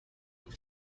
were